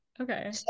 Okay